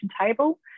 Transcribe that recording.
table